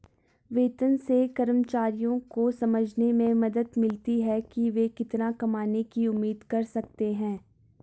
वेतन से कर्मचारियों को समझने में मदद मिलती है कि वे कितना कमाने की उम्मीद कर सकते हैं